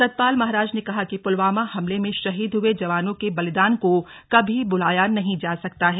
सतपाल महाराज ने कहा कि पुलवामा हमले में शहीद हुए जवानों के बलिदान को कभी भुलाया नहीं जा सकता है